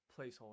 placeholder